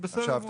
בסדר גמור.